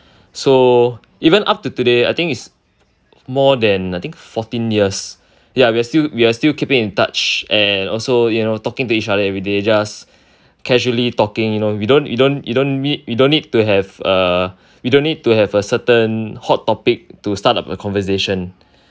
so even up to today I think is more than I think fourteen years ya we are still we are still keeping in touch and also you know talking to each other everyday just casually talking you know you don't you don't need you don't need to have a you don't need to have a certain hot topic to start off a conversation